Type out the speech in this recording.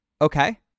Okay